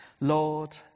Lord